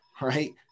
right